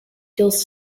kills